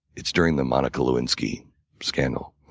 it's during the monica lewinsky scandal,